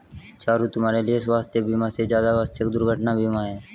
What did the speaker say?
चारु, तुम्हारे लिए स्वास्थ बीमा से ज्यादा आवश्यक दुर्घटना बीमा है